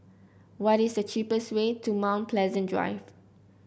what is the cheapest way to Mount Pleasant Drive